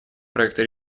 проекта